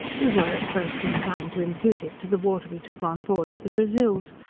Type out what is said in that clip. we were at first inclined to impute it to the water we took on board at the brazils,